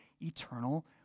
eternal